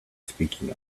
speaking